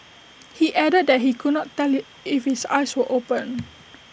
he added that he could not tell if his eyes were open